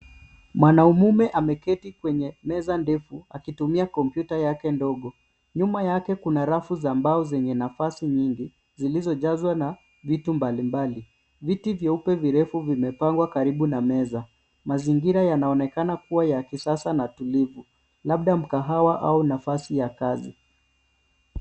Mwanaume ameketi kwenye meza ndefu akitumia kompyuta yake ndogo. Nyuma yake kuna rafu za mbao zenye nafasi nyingi , zilizojazwa na vitu mbalimbali. Viti vyeupe virefu vimepangwa karibu na meza . Mazingira yanaonekana kuwa ya kisasa na tulivu, labda mkahawa au nafasi ya kazi.